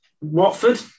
Watford